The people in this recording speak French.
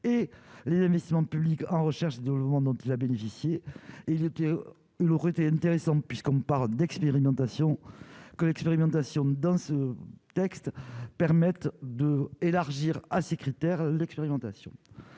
et les investissements publics en recherche de logement dont il a bénéficié, il était, il aurait été intéressant puisqu'on parle d'expérimentation que l'expérimentation dans ce texte, permettent de élargir à ces critères, l'expérimentation